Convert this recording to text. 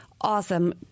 awesome